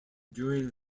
during